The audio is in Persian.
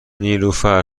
نیلوفرمن